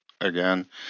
again